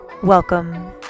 welcome